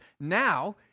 now